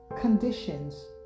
conditions